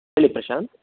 ಹೇಳಿ ಪ್ರಶಾಂತ್